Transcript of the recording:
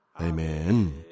Amen